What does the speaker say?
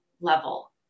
level